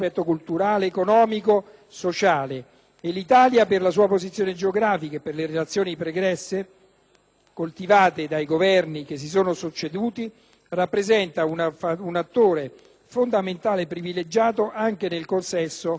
coltivate dai Governi che si sono succeduti, rappresenta un attore fondamentale e privilegiato, anche nel consesso degli altri Stati membri dell'Unione europea, al fine di sviluppare una politica di crescita democratica dell'area.